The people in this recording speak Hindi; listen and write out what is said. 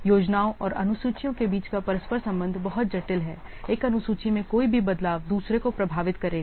योजनाओं और अनुसूचियों के बीच का परस्पर संबंध बहुत जटिल है एक अनुसूची में कोई भी बदलाव दूसरों को प्रभावित करेगा